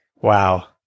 Wow